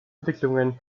entwicklungen